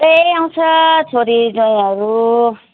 सबै आउँछ छोरीज्वाइँहरू